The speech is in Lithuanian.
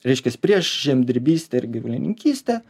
reiškias prieš žemdirbystę ir gyvulininkystę